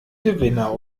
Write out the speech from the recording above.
gewinner